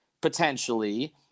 potentially